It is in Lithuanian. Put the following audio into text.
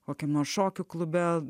o kaimo šokių klube